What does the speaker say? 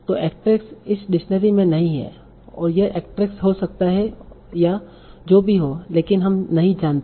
तो एक्ट्रेस इस डिक्शनरी में नहीं है यह एक्ट्रेस हो सकता है या जो भी हो लेकिन हम नहीं जानते